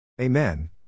Amen